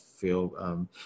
feel